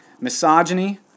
Misogyny